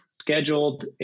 scheduled